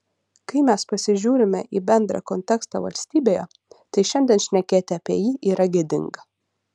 kai mes pasižiūrime į bendrą kontekstą valstybėje tai šiandien šnekėti apie jį yra gėdinga